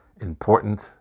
important